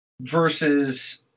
versus